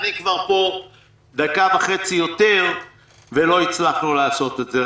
אני פה כבר דקה וחצי יותר ולא הצלחנו לעשות את זה,